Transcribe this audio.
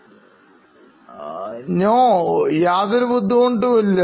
നല്ല പോലെ ജീവിക്കുന്നു എനിക്ക് യാതൊരു ബുദ്ധിമുട്ടുമില്ല